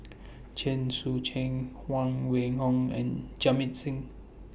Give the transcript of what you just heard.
Chen Sucheng Huang Wenhong and Jamit Singh